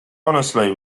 honestly